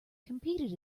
competed